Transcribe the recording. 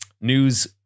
news